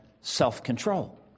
self-control